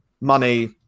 money